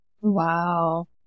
Wow